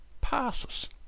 passes